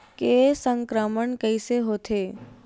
के संक्रमण कइसे होथे?